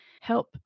help